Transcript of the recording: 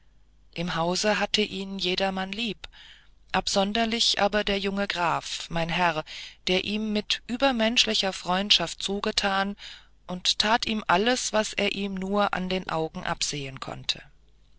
im hause hatte ihn jedermann lieb absonderlich aber der junge graf mein herr war ihm mit übermenschlicher freundschaft zugetan und tat ihm alles was er ihm nur an den augen absehen konnte